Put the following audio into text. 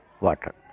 water